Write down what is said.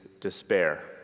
despair